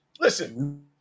Listen